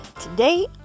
today